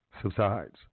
subsides